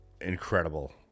Incredible